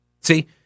See